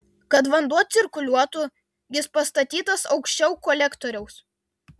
kad vanduo cirkuliuotų jis pastatytas aukščiau kolektoriaus